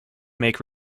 make